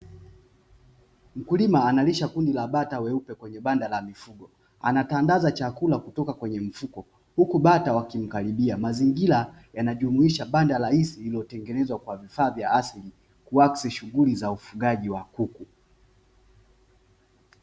Mkulima analisha kundi la bata weupe kwenye banda la mifugo. Anatandandaza chakula kutoka kwenye mfuko huku bata wakimkaribia. Mazingira yanajumuisha banda rahisi lililotengenezwa kwa vifaa vya asili kuakisi shughuli za ufugaji wa kuku.